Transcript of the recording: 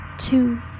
two